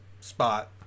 spot